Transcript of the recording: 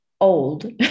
old